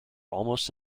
almost